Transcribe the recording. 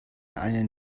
eine